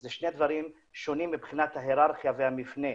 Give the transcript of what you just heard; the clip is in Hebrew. אלה שני דברים שונים מבחינת ההיררכיה והמבנה.